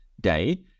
day